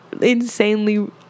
insanely